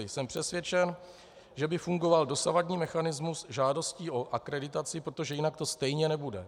Jsem přesvědčen, že by fungoval dosavadní mechanismus žádostí o akreditaci, protože jinak to stejně nebude.